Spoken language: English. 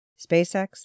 SpaceX